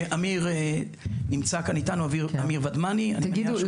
אמיר ודמני נמצא כאן אתנו.